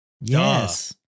Yes